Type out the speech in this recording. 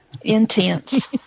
Intense